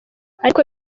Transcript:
ariko